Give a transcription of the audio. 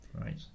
Right